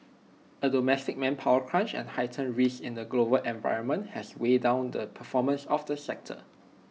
A domestic manpower crunch and heightened risks in the global environment have weighed down the performance of the sector